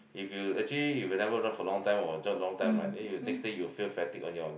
if you actually if you never run for a long time or jog long time right then you next day you'll feel fatigue on your